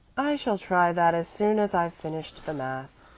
i shall try that as soon as i've finished the math.